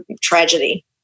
tragedy